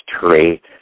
tree